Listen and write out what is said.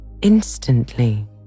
Instantly